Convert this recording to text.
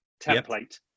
template